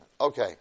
Okay